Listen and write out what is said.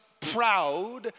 proud